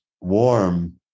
warm